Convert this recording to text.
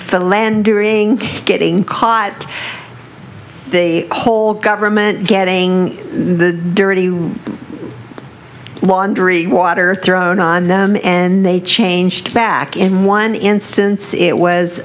philandering getting caught the whole government getting the dirty laundry water thrown on them and they changed back in one instance it was